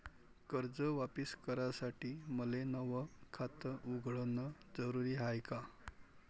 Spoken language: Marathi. कर्ज वापिस करासाठी मले नव खात उघडन जरुरी हाय का?